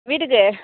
வீட்டுக்கு